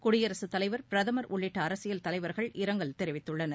குடியரகத் தலைவர் பிரதமர் உள்ளிட்ட அரசியல் தலைவர்கள் இரங்கல் தெரிவித்துள்ளனர்